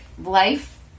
life